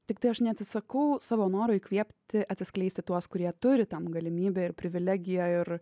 tiktai aš neatsisakau savo noro įkvėpti atsiskleisti tuos kurie turi tam galimybę ir privilegiją ir